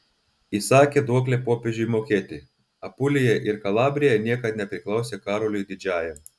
įsakė duoklę popiežiui mokėti apulija ir kalabrija niekad nepriklausė karoliui didžiajam